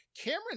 Cameron